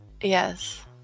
Yes